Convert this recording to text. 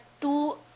two